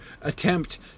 attempt